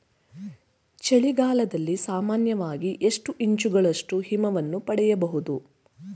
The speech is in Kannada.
ಚಳಿಗಾಲದಲ್ಲಿ ಸಾಮಾನ್ಯವಾಗಿ ಎಷ್ಟು ಇಂಚುಗಳಷ್ಟು ಹಿಮವನ್ನು ಪಡೆಯಬಹುದು?